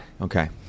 Okay